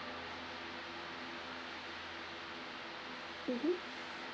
mmhmm